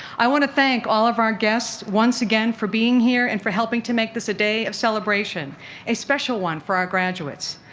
i want to thank all of our guests once again for being here and for helping to make this a day of celebration a special one for our graduates.